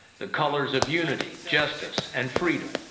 the colors of unity, justice and freedom.